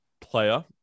player